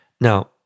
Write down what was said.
Now